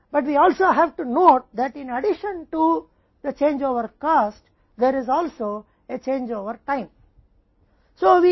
लेकिन हमें यह भी ध्यान रखना होगा कि बदलाव के अलावा लागत में भी बदलाव का समय है